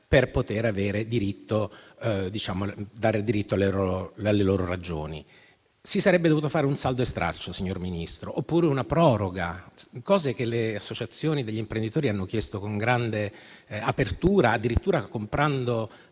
per poter dare diritto alle loro ragioni. Si sarebbero dovuti fare un saldo e stralcio, signor Ministro, oppure una proroga, cose che le associazioni degli imprenditori hanno chiesto con grande apertura, addirittura comprando